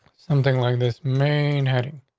something like this main heading.